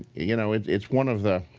you know it's it's one of the